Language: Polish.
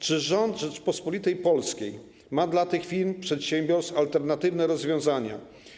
Czy rząd Rzeczypospolitej Polskiej ma dla tych firm, przedsiębiorstw alternatywne rozwiązania?